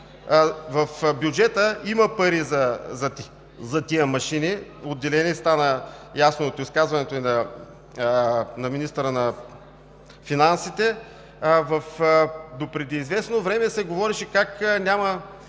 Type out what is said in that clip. В бюджета има отделени пари за тези машини – стана ясно от изказването на министъра на финансите. Допреди известно време се говореше как няма